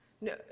No